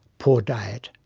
poor diet,